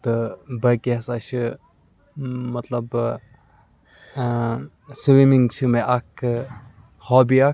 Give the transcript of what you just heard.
تہٕ باقٕے ہَسا چھِ مطلب سِومِنٛگ چھِ مےٚ اَکھ ہابی اَکھ